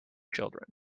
children